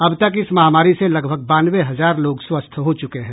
अब तक इस महामारी से लगभग बानवे हजार लोग स्वस्थ हो चुके हैं